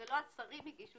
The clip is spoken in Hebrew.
לא השרים הגישו,